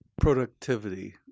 productivity